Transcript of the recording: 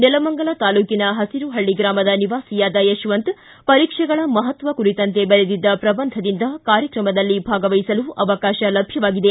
ನೆಲಮಂಗಲ ತಾಲೂಕಿನ ಹಸಿರು ಹಳ್ಳಿ ಗ್ರಾಮದ ನಿವಾಸಿಯಾದ ಯಶವಂತ್ ಪರೀಕ್ಷೆಗಳ ಮಹತ್ವ ಕುರಿತಂತೆ ಬರೆದಿದ್ದ ಪ್ರಬಂಧದಿಂದ ಕಾರ್ಯಕ್ರಮದಲ್ಲಿ ಭಾಗವಹಿಸಲು ಅವಕಾಶ ಲಭ್ಯವಾಗಿದೆ